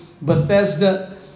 Bethesda